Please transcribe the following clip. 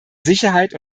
sicherheit